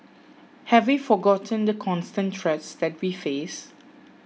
have we forgotten the constant threats that we face